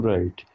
Right